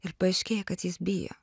ir paaiškėja kad jis bijo